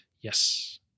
Yes